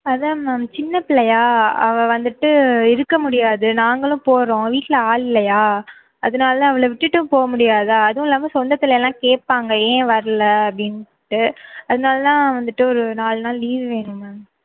அதுதான் மேம் சின்ன பிள்ளையா அவள் வந்துட்டு இருக்க முடியாது நாங்களும் போகிறோம் வீட்டில் ஆள் இல்லையா அதனால் அவளை விட்டுட்டும் போக முடியாதா அதுவும் இல்லாமல் சொந்தத்திலலாம் கேட்பாங்க ஏன் வரல அப்படின்ட்டு அதனால் தான் வந்துகிட்டு ஒரு நாலு நாள் லீவ் வேணும் மேம்